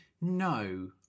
No